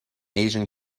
asian